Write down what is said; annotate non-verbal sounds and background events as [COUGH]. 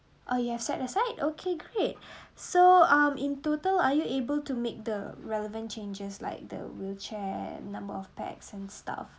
oh you have set aside okay great [BREATH] so um in total are you able to make the relevant changes like the wheelchair number of pax and stuff